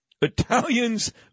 Italians